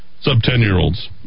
sub-ten-year-olds